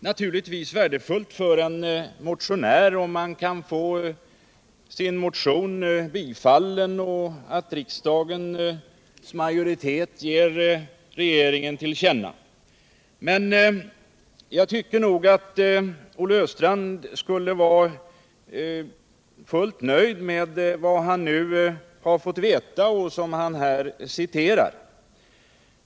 Naturligtvis är det värdefullt för en motionär om han kan få sin motion bifallen och att riksdagens majoritet ger regeringen till känna innehållet i den, men jag tycker att Olle Östrand skulle kunna vara helt nöjd med det som han i det här avseendet fått veta och som han nu citerat.